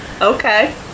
Okay